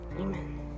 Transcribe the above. Amen